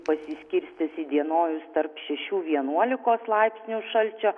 pasiskirstys įdienojus tarp šešių vienuolikos laipsnių šalčio